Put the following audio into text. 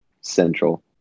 central